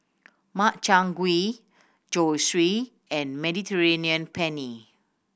Makchang Gui Zosui and Mediterranean Penne